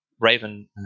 Raven